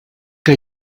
que